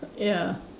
ya